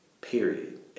Period